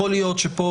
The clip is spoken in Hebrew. יכול להיות שפה,